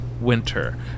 winter